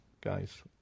guys